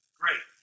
great